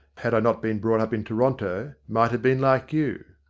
had i not been brought up in toronto, might have been like you.